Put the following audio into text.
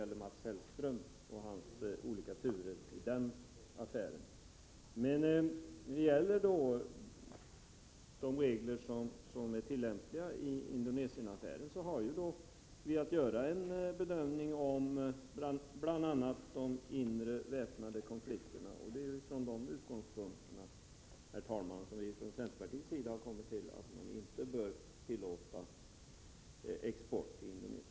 Därför kanske det är bra att inte göra alltför kategoriska uttalanden. Vad beträffar de regler som är tillämpliga i Indonesienaffären har vi att göra en bedömning bl.a. om de inre väpnade konflikterna. Det är från de utgångspunkterna som vi från centerpartiets sida har kommit fram till att man inte bör tillåta export till Indonesien.